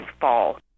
fall